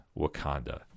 Wakanda